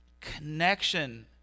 connection